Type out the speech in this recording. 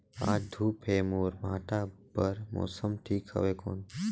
आज धूप हे मोर भांटा बार मौसम ठीक हवय कौन?